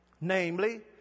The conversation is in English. Namely